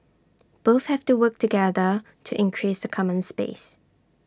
both have to work together to increase the common space